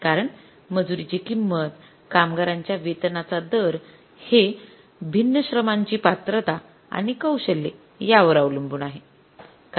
कारण मजुरीची किंमत कामगारांच्या वेतनाचा दर हे भिन्न श्रमांची पात्रता आणि कौशल्ये यावर अवलंबून आहे